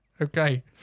Okay